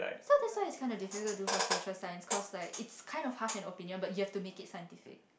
so that's why it's kinda difficult to do for social science cause like it's kinda half an opinion but you have to make it scientific